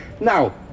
Now